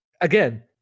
Again